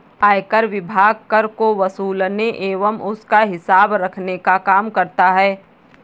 आयकर विभाग कर को वसूलने एवं उसका हिसाब रखने का काम करता है